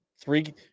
three